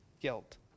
guilt